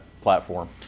platform